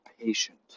patient